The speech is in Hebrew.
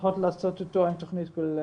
לפחות לעשות אותו עם תכנית כוללנית,